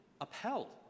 upheld